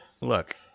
Look